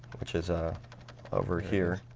which is a over here